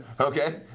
Okay